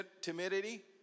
timidity